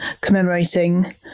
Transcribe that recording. commemorating